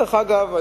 דרך אגב,